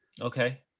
Okay